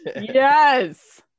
Yes